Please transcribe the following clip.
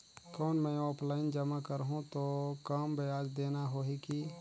कौन मैं ऑफलाइन जमा करहूं तो कम ब्याज देना होही की?